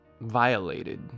violated